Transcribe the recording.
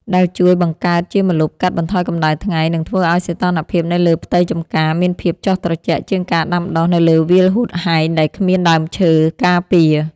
ដែលជួយបង្កើតជាម្លប់កាត់បន្ថយកម្ដៅថ្ងៃ និងធ្វើឱ្យសីតុណ្ហភាពនៅលើផ្ទៃចម្ការមានភាពចុះត្រជាក់ជាងការដាំដុះនៅលើវាលហួតហែងដែលគ្មានដើមឈើការពារ។